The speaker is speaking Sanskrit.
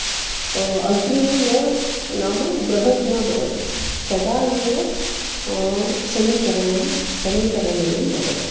अग्रे न नाम बृहत् न बवति तदा एव समीकरणं समीकरणीयं बवति